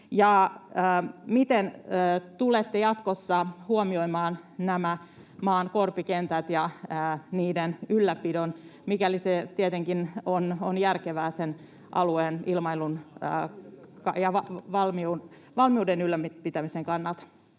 miten tulette jatkossa huomioimaan nämä maan korpikentät ja niiden ylläpidon, mikäli se tietenkin on järkevää sen alueen ilmailun ja valmiuden ylläpitämisen kannalta?